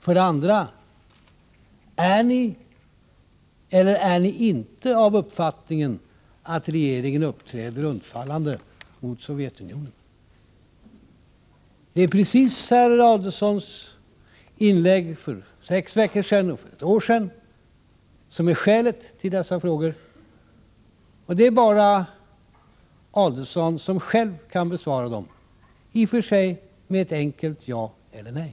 För det andra: Är ni eller är ni inte av uppfattningen att regeringen uppträder undfallande mot Sovjetunionen? Det är just herr Adelsohns inlägg för sex veckor sedan och för ett år sedan som är skälet till dessa frågor, och det är bara Adelsohn som själv kan besvara dem — i och för sig med ett enkelt ja eller nej.